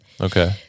Okay